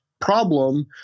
problem